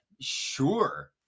sure